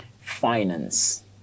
Finance